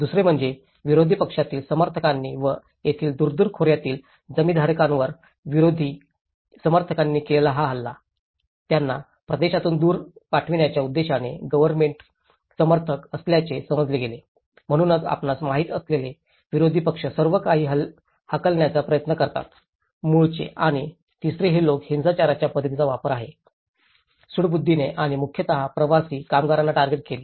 दुसरे म्हणजे विरोधी पक्षातील समर्थकांनी व तेथील दूरदूर खोऱ्यातील जमीनधारकांवर विरोधक समर्थकांनी केलेला हा हल्ला त्यांना प्रदेशातून दूर पाठविण्याच्या उद्देशाने गव्हर्नमेंटी समर्थक असल्याचे समजले गेले म्हणूनच आपणास माहित असलेले विरोधी पक्ष सर्व काही हाकलण्याचा प्रयत्न करतात मूळचे आणि तिसरे हे लोक हिंसाचाराच्या पद्धतीचा आहे सूडबुद्धीने आणि मुख्यतः प्रवासी कामगारांना टार्गेट केले